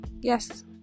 yes